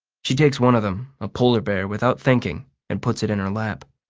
she takes one of them, a polar bear, without thinking and puts it in her lap.